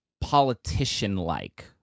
politician-like